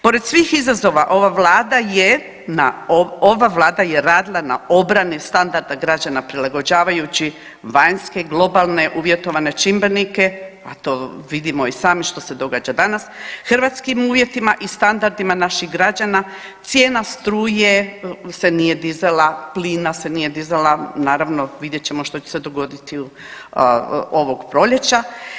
Pored svih izazova ova vlada je, ova vlada je radila na obrani standarda građana prilagođavajući vanjske globalne uvjetovane čimbenike, a to vidimo i sami što se događa danas hrvatskim uvjetima i standardima naših građana, cijena struje se nije dizala, plina se nije dizala naravno vidjet ćemo što će se dogoditi ovog proljeća.